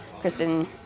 Kristen